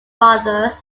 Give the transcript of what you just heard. father